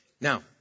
Now